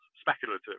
speculative